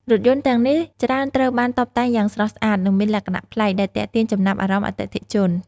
រថយន្តទាំងនេះច្រើនត្រូវបានតុបតែងយ៉ាងស្រស់ស្អាត និងមានលក្ខណៈប្លែក ដែលទាក់ទាញចំណាប់អារម្មណ៍អតិថិជន។